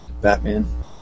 Batman